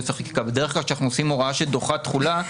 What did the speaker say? בדרך כלל כשאנחנו עושים הוראה שדוחה תחולה,